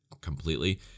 completely